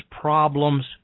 problems